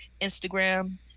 instagram